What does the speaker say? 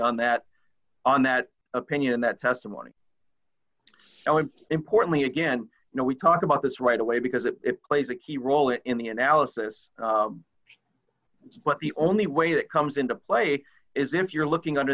on that on that opinion that testimony and importantly again you know we talk about this right away because it plays a key role in the analysis but the only way that comes into play is if you're looking under